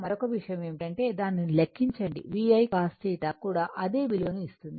మరొక విషయం ఏమిటంటే దానిని లెక్కించండి V I cos θ కూడా అదే విలువను ఇస్తుంది